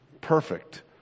perfect